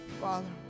Father